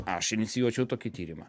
aš inicijuočiau tokį tyrimą